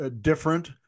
different